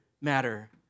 matter